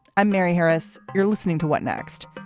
i'm mary harris. you're listening to what next.